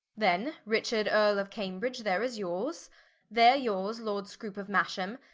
then richard earle of cambridge, there is yours there yours lord scroope of masham,